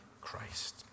Christ